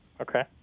Okay